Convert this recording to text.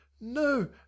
no